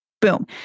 Boom